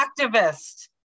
activist